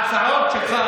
ההצהרות שלך,